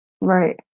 right